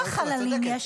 כמה חללים יש?